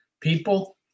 people